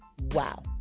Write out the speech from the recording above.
wow